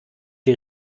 die